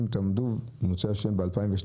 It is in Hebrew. אם תעמדו, אם ירצה השם ב-2022,